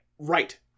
Right